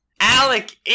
Alec